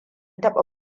taɓa